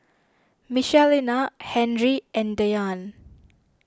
Michelina Henry and Dyan